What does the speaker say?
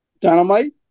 Dynamite